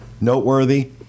Noteworthy